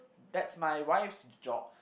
that's my wife's job